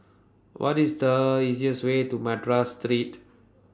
What IS The easiest Way to Madras Street